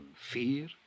fear